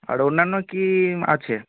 আর অন্যান্য কী আছে